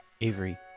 avery